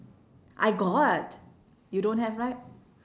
I got you don't have right